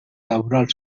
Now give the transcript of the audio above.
laboral